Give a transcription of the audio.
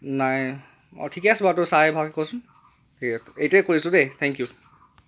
নাই অঁ ঠিকে আছে তই চাই ভালকৈ কচোন সেয়ে এইটোৱে কৈছিলোঁ দেই থ্যেংক ইউ